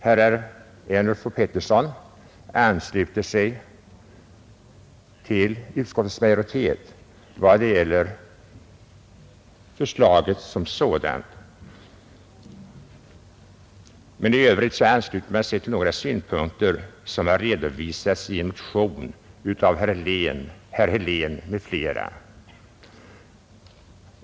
Herrar Ernulf och Petersson följer utskottsmajoriteten i vad gäller förslaget som sådant, men ansluter sig i övrigt till de synpunkter som har redovisats i en motion av Herr Helén m.fl.